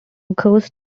ghost